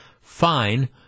fine